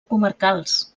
comarcals